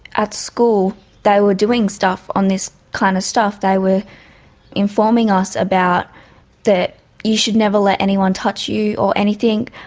at school they were doing stuff on this kind of stuff. they were informing us about that you should never let anyone touch you or anything,